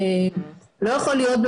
לא יכול להיות,